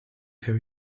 have